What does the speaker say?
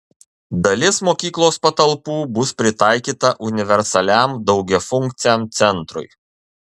dalis mokyklos patalpų bus pritaikyta universaliam daugiafunkciam centrui